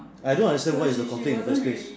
I don't understand is the complaint in the first place